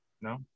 No